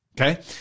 Okay